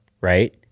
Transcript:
right